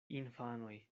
infanoj